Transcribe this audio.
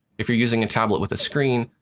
if you're using a tablet with a screen,